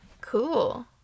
cool